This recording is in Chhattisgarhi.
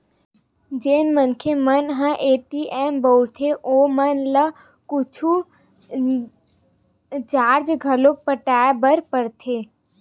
जेन मनखे मन ह ए.टी.एम बउरथे ओमन ल कुछु चारज घलोक पटाय बर परथे